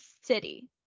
city